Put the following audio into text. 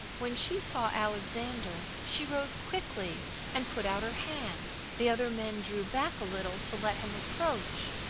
when she saw alexander, she rose quickly and put out her hand. the other men drew back a little to let him approach.